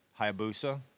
Hayabusa